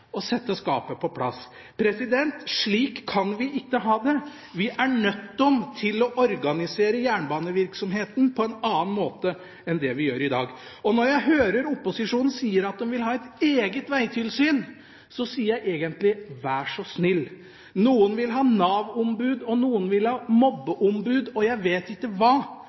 sette skapet på plass. Slik kan vi ikke ha det. Vi er nødt til å organisere jernbanevirksomheten på en annen måte enn det vi gjør i dag. Når jeg hører opposisjonen si at de vil ha et eget vegtilsyn, sier jeg egentlig: Vær så snill! Noen vil ha Nav-ombud og noen vil ha mobbeombud, og jeg vet ikke hva.